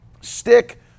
Stick